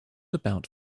about